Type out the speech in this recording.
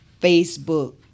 Facebook